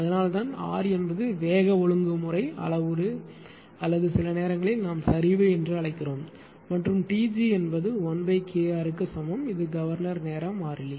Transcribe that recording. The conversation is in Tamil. அதனால்தான் R என்பது வேக ஒழுங்குமுறை அளவுரு அல்லது சில நேரங்களில் நாம் சரிவு என்று அழைக்கிறோம் மற்றும் Tg என்பது 1KR க்கு சமம் இது கவர்னர் நேர மாறிலி